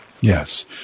Yes